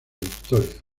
victoria